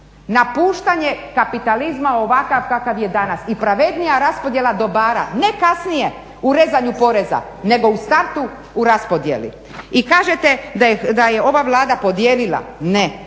napuštanje kapitalizma ovakav kakav je danas i pravednija raspodjela dobara ne kasnije u rezanju poreza, nego u startu u raspodjeli. I kažete da je ova Vlada podijelila. Ne,